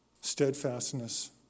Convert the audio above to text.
steadfastness